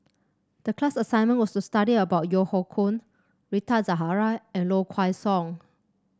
the class assignment was to study about Yeo Hoe Koon Rita Zahara and Low Kway Song